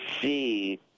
see